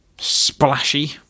splashy